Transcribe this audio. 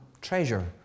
treasure